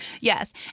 Yes